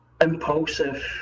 impulsive